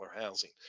housing